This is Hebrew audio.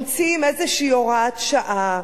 הם ממציאים איזו הוראת שעה,